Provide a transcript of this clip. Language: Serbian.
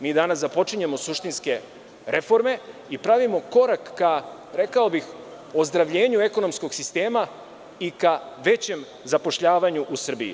Mi danas započinjemo suštinske reforme i pravimo korak ka, rekao bih, ozdravljenju ekonomskog sistema i ka većem zapošljavanju u Srbiji.